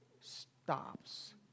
stops